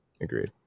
Agreed